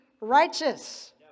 righteous